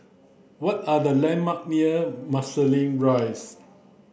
what are the landmarks near Marsiling Rise